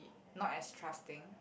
not as trusting